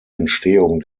entstehung